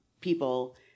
people